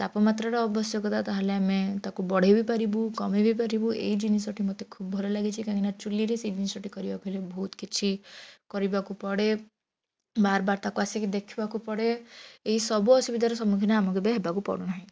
ତାପମାତ୍ରାର ଆବଶ୍ୟକତା ତା'ହାଲେ ଆମେ ତାକୁ ବଢ଼ାଇ ବି ପାରିବୁ କମାଇ ବି ପାରିବୁ ଏଇ ଜିନିଷଟି ମୋତେ ଖୁବ ଭଲ ଲାଗିଛି କାହିଁକି ନା ଚୂଲିରେ ସେ ଜିନିଷଟି କରିବାକୁ ହେଲେ ବହୁତ କିଛି କରିବାକୁ ପଡ଼େ ବାର ବାର ତାକୁ ଆସିକି ଦେଖିବାକୁ ପଡ଼େ ଏଇସବୁ ଅସୁବିଧାର ସମ୍ମୁଖୀନ ଆମକୁ ଏବେ ହେବାକୁ ପଡ଼ୁନାହିଁ